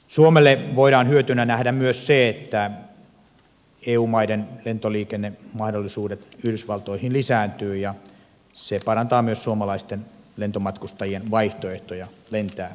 suomelle voidaan hyötynä nähdä myös se että eu maiden lentoliikennemahdollisuudet yhdysvaltoihin lisääntyvät ja se parantaa myös suomalaisten lentomatkustajien vaihtoehtoja lentää yhdysvaltoihin